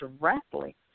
directly